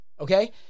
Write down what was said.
Okay